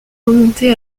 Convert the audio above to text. remonter